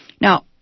Now